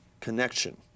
connection